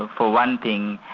um for one thing,